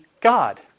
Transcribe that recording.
God